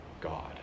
God